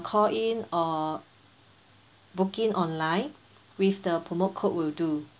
call in or book in online with the promo code will do